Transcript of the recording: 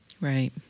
right